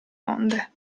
onde